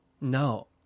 No